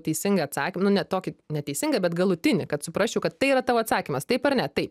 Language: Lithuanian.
teisingą atsakymą nu ne tokį neteisingą bet galutinį kad suprasčiau kad tai yra tavo atsakymas taip ar ne tai